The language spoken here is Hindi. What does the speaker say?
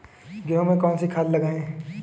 गेहूँ में कौनसी खाद लगाएँ?